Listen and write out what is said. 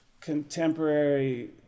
contemporary